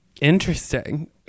interesting